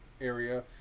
area